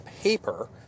paper